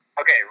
Okay